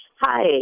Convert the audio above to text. Hi